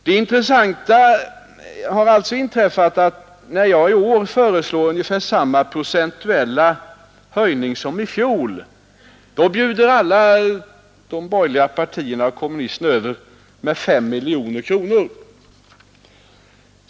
Det intressanta har alltså inträffat att när jag i år har föreslagit ungefär samma procentuella höjning som i fjol har alla de borgerliga partierna och kommunisterna bjudit över med 5 miljoner kronor.